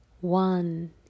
one